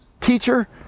Teacher